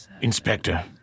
Inspector